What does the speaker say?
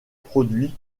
produit